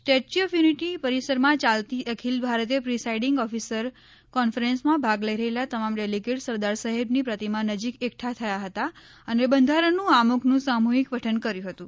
Statue of Unity પરિસરમાં ચાલતી અખિલ ભારતીય પ્રિસાઈડિંગ ઓફિસર કોન્ફરેંસમાં ભાગ લઈ રહેલા તમામ ડેલીગેટ સરદાર સાહેબની પ્રતિમા નજીક એકઠા થયા હતા અને બંધારણના આમુખનું સામૂહિક પઠન કર્યું હતું